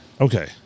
Okay